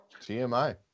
TMI